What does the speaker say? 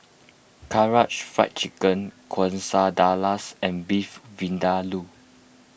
Karaage Fried Chicken Quesadillas and Beef Vindaloo